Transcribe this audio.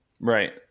Right